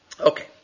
Okay